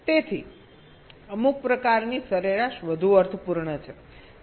તેથી અમુક પ્રકારની સરેરાશ વધુ અર્થપૂર્ણ છે